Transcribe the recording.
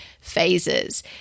phases